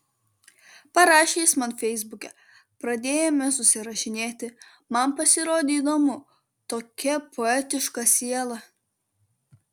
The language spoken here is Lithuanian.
parašė jis man feisbuke pradėjome susirašinėti man pasirodė įdomu tokia poetiška siela